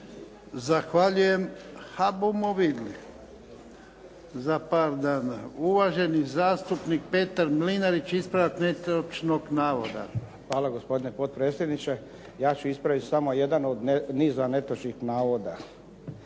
Zahvaljujem. Ha bumo vidli za par dana! Uvaženi zastupnik Petar Mlinarić, ispravak netočnog navoda. **Mlinarić, Petar (HDZ)** Hvala gospodine potpredsjedniče. Ja ću ispraviti samo jedan od niza netočnih navoda.